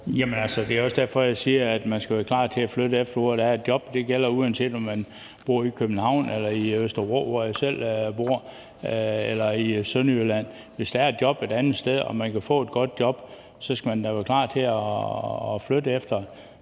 det er også derfor, jeg siger, at man skal være klar til at flytte efter, hvor der er et job, og det gælder, uanset om man bor i København eller i Østervrå, hvor jeg selv bor, eller i Sønderjylland. Hvis der er et job et andet sted og man kan få et godt job, skal man da være klar til at flytte efter